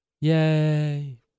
Yay